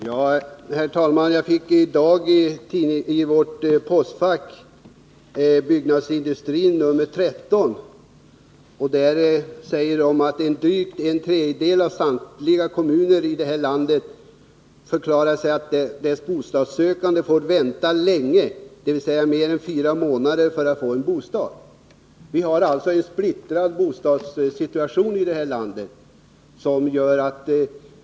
Herr talman! Jag fick i dag i postfacket tidningen Byggnadsindustri nr 13. Där står det att drygt en tredjedel av samtliga kommuner i det här landet förklarar att deras bostadssökande får vänta länge, dvs. mer än fyra månader, för att få bostad. Vi har alltså en splittrad bostadssituation i det här landet.